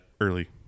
early